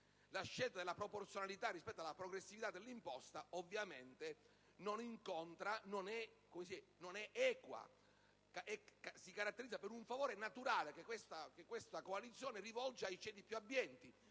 La scelta della proporzionalità, rispetto alla progressività dell'imposta, ovviamente non è equa e si caratterizza per un favore naturale che questa coalizione rivolge ai ceti più abbienti.